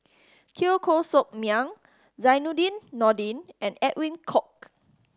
Teo Koh Sock Miang Zainudin Nordin and Edwin Koek